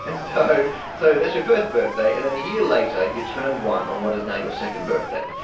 and so so that's your first birthday. and then a year later, you turn one on what is now your second birthday.